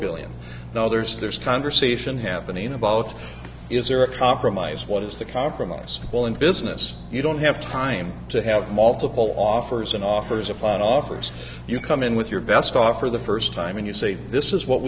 billion dollars there's a conversation happening about is there a compromise what is the compromise well in business you don't have time to have multiple offers and offers upon offers you come in with your best offer the first time and you say this is what